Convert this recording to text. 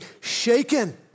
shaken